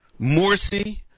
Morsi